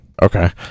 Okay